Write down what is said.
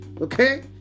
Okay